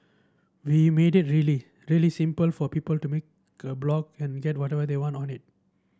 we made it really really simple for people to make a blog and whatever they want on it